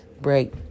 break